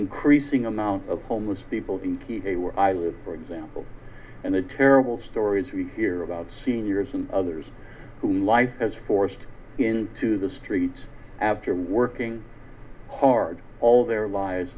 increasing amount of homeless people for example and the terrible stories we hear about seniors and others who life has forced into the streets after working hard all their lives